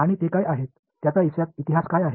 आणि ते काय आहेत त्याचा इतिहास काय आहे